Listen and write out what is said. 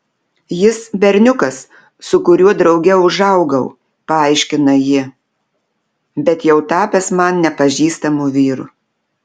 jis berniukas su kuriuo drauge užaugau paaiškina ji bet jau tapęs man nepažįstamu vyru